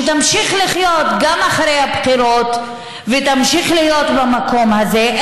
שתמשיך לחיות גם אחרי הבחירות ותמשיך להיות במקום הזה,